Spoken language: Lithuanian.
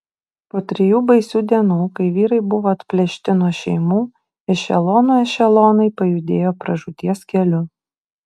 po trijų baisių dienų kai vyrai buvo atplėšti nuo šeimų ešelonų ešelonai pajudėjo pražūties keliu